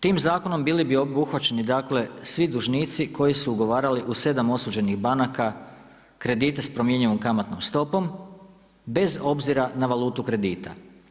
Tim zakonom bili bi obuhvaćeni svi dužnici koji su ugovarali u sedam osuđenih banaka kredite s promjenjivom kamatnom stopom bez obzira na valutu kredita.